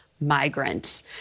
migrants